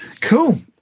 cool